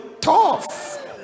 tough